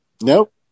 Nope